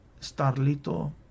Starlito